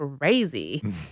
Crazy